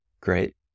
Great